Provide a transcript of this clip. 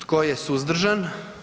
Tko je suzdržan?